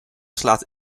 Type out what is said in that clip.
slaat